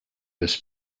this